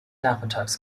nachmittags